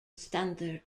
standard